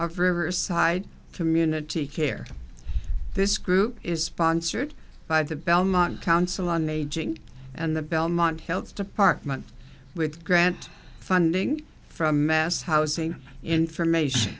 of riverside community care this group is sponsored by the belmont council on the ageing and the belmont health department with grant funding from mass housing information